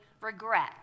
regret